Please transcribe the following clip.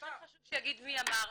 חשוב שיגיד מי אמר,